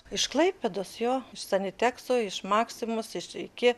iš klaipėdos jo iš sanitekso iš maksimos iš iki